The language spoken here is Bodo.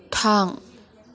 थां